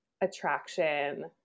attraction